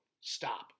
Stop